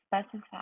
specify